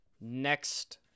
Next